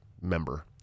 member